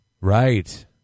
Right